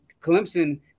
Clemson